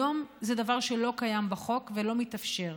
היום זה דבר שלא קיים בחוק ולא מתאפשר.